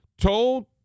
told